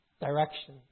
direction